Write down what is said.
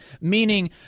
Meaning